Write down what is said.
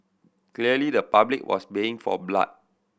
clearly the public was baying for blood